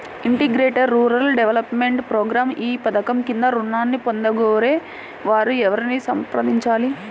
Integrated rural development program ఈ పధకం క్రింద ఋణాన్ని పొందగోరే వారు ఎవరిని సంప్రదించాలి?